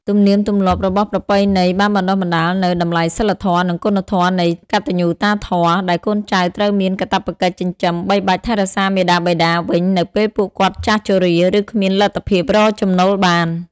ទំនៀមទម្លាប់របស់ប្រពៃណីបានបណ្ដុះបណ្ដាលនូវ តម្លៃសីលធម៌ និងគុណធម៌នៃកតញ្ញូតាធម៌ ដែលកូនចៅត្រូវមានកាតព្វកិច្ចចិញ្ចឹមបីបាច់ថែរក្សាមាតាបិតាវិញនៅពេលពួកគាត់ចាស់ជរា ឬគ្មានលទ្ធភាពរកចំណូលបាន។